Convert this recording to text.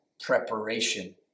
preparation